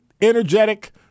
energetic